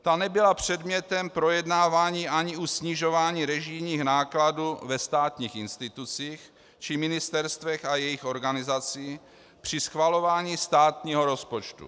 Ta nebyla předmětem projednávání ani u snižování režijních nákladů ve státních institucích či ministerstvech a jejich organizací při schvalování státního rozpočtu.